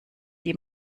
die